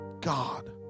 God